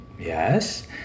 yes